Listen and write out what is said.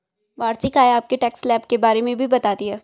वार्षिक आय आपके टैक्स स्लैब के बारे में भी बताती है